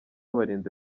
barinda